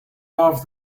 off